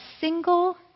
single